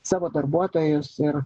savo darbuotojus ir